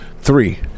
Three